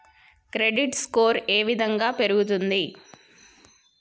Credit score ఏ విధంగా పెరుగుతుంది?